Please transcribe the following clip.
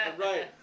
Right